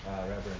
Reverend